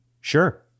Sure